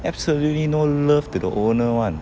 absolutely no love to the owner [one]